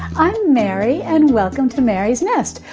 i'm mary and welcome to mary's nest,